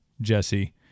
Jesse